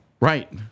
Right